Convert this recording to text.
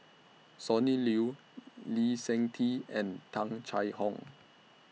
Sonny Liew Lee Seng Tee and Tung Chye Hong